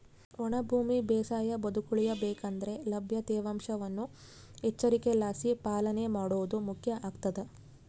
ಒಣ ಭೂಮಿ ಬೇಸಾಯ ಬದುಕುಳಿಯ ಬೇಕಂದ್ರೆ ಲಭ್ಯ ತೇವಾಂಶವನ್ನು ಎಚ್ಚರಿಕೆಲಾಸಿ ಪಾಲನೆ ಮಾಡೋದು ಮುಖ್ಯ ಆಗ್ತದ